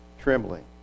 trembling